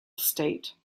state